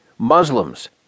Muslims